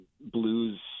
blues